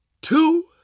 two